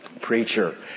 preacher